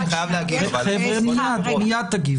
מיד תגיב.